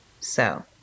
So-